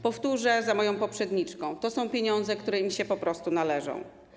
Powtórzę za moją poprzedniczką: to są pieniądze, które im się po prostu należą.